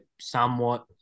somewhat